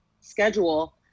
schedule